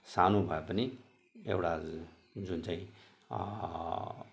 सानो भए पनि एउटा जुन चाहिँ